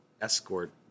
Escort